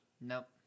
Nope